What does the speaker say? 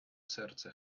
серце